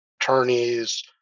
attorneys